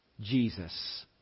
Jesus